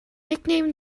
nicknamed